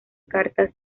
cartas